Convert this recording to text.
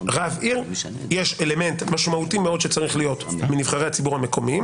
רב עיר יש אלמנט משמעותי מאוד שצריך להיות לנבחרי הציבור המקומיים.